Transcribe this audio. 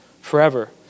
forever